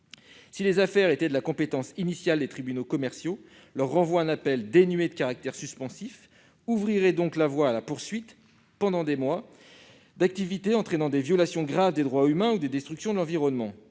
Si les affaires étaient de la compétence initiale des tribunaux commerciaux, leur renvoi en appel dénué de caractère suspensif ouvrirait donc la voie à la poursuite, pendant des mois, d'activités entraînant des violations graves des droits humains ou des destructions de l'environnement.